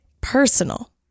personal